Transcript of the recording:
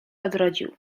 odrodził